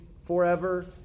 forever